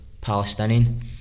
Palestinian